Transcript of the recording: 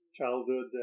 childhood